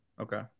Okay